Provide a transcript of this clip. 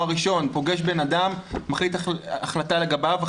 הראשון בתפקיד פוגש אדם ומחליט החלטה לגביו,